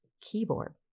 keyboard